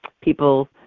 people